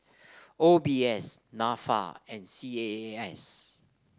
O B S NAFA and C A A S